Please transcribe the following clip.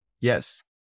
Yes